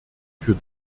für